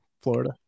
Florida